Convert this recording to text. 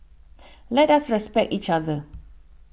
let us respect each other